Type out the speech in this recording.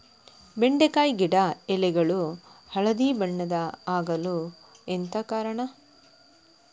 ಬೆಂಡೆಕಾಯಿ ಗಿಡ ಎಲೆಗಳು ಹಳದಿ ಬಣ್ಣದ ಆಗಲು ಎಂತ ಕಾರಣ?